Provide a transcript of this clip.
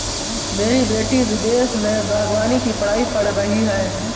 मेरी बेटी विदेश में बागवानी की पढ़ाई पढ़ रही है